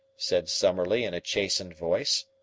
said summerlee in a chastened voice.